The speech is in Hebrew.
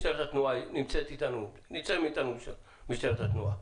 נמצאים איתנו משטרת התנועה.